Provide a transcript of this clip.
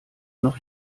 noch